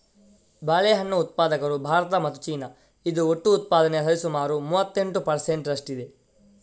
ಬಾಳೆಹಣ್ಣು ಉತ್ಪಾದಕರು ಭಾರತ ಮತ್ತು ಚೀನಾ, ಇದು ಒಟ್ಟು ಉತ್ಪಾದನೆಯ ಸರಿಸುಮಾರು ಮೂವತ್ತೆಂಟು ಪರ್ ಸೆಂಟ್ ರಷ್ಟಿದೆ